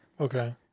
Okay